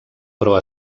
però